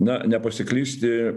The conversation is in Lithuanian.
na nepasiklysti